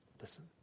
listen